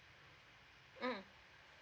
mm